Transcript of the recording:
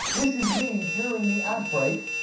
this is me during the ad break.